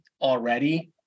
already